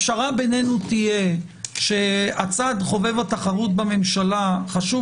הפשרה בינינו תהיה שהצד חובב התחרות בממשלה חשוב